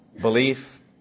belief